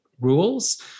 rules